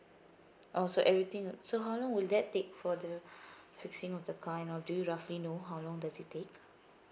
oh so everything so how long will that take for the fixing of the car you know do you roughly know how long does it take